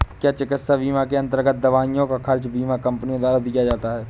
क्या चिकित्सा बीमा के अन्तर्गत दवाइयों का खर्च बीमा कंपनियों द्वारा दिया जाता है?